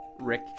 Rick